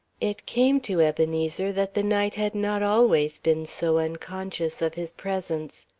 it came to ebenezer that the night had not always been so unconscious of his presence.